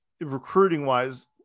recruiting-wise